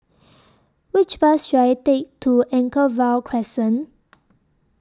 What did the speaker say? Which Bus should I Take to Anchorvale Crescent